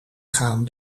gaan